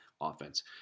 offense